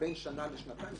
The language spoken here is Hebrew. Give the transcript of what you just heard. בין שנה לשנתיים.